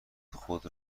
خود